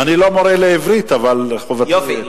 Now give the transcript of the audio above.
אני לא מורה לעברית, אבל חובתי, יופי.